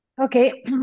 okay